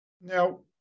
Now